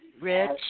Rich